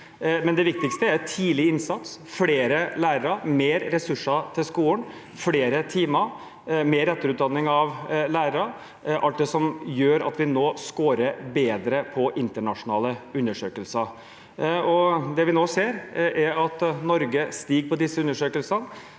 Det viktigste er tidlig innsats, flere lærere, flere ressurser til skolen, flere timer, mer etterutdanning av lærere – alt det som gjør at vi skårer bedre i internasjonale undersøkelser. Det vi ser nå, er at kunnskapsnivået i Norge stiger i disse undersøkelsene.